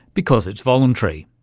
because it's voluntary.